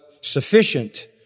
sufficient